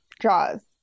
Jaws